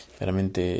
veramente